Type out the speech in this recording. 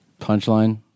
Punchline